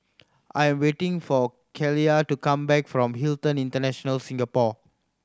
I am waiting for Keila to come back from Hilton International Singapore